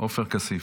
עופר כסיף.